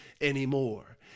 anymore